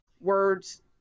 Words